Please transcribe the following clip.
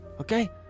okay